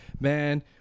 Man